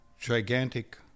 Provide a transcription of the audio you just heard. gigantic